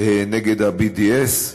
נגד ה-BDS.